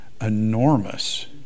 enormous